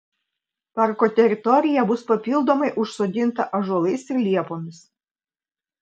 parko teritorija bus papildomai užsodinta ąžuolais ir liepomis